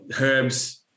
herbs